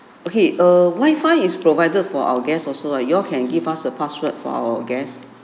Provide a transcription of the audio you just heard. okay err wifi is provided for our guests also ah you can give us a password for our guests